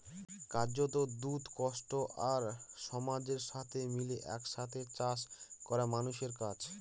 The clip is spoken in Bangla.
কার্যত, দুঃখ, কষ্ট আর সমাজের সাথে মিলে এক সাথে চাষ করা মানুষের কাজ